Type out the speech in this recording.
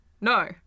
No